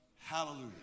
Hallelujah